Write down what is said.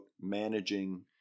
managing